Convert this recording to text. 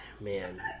man